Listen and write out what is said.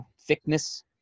thickness